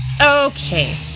Okay